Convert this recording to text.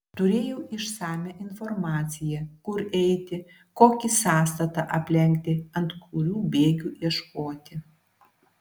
turėjau išsamią informaciją kur eiti kokį sąstatą aplenkti ant kurių bėgių ieškoti